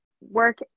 work